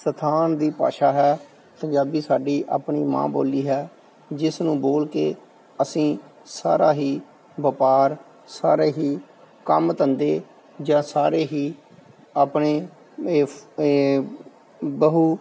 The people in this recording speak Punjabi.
ਸਥਾਨ ਦੀ ਭਾਸ਼ਾ ਹੈ ਪੰਜਾਬੀ ਸਾਡੀ ਆਪਣੀ ਮਾਂ ਬੋਲੀ ਹੈ ਜਿਸ ਨੂੰ ਬੋਲ ਕੇ ਅਸੀਂ ਸਾਰਾ ਹੀ ਵਪਾਰ ਸਾਰੇ ਹੀ ਕੰਮ ਧੰਦੇ ਜਾਂ ਸਾਰੇ ਹੀ ਆਪਣੇ ਇਫ ਇਹ ਬਹੂ